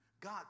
God